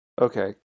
Okay